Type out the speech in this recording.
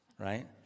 right